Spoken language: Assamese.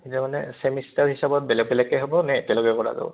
এতিয়া মানে ছেমিষ্টাৰ হিচাপত বেলেগ বেলেগকৈ হ'বনে একেলগে কৰা যাব